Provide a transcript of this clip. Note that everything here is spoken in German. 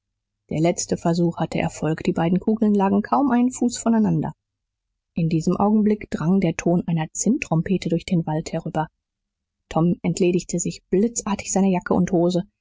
der letzte versuch hatte erfolg die beiden kugeln lagen kaum einen fuß voneinander in diesem augenblick drang der ton einer zinntrompete durch den wald herüber tom entledigte sich blitzartig seiner jacke und hose